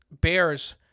bears